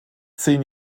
zehn